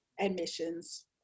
admissions